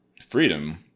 freedom